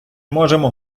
можемо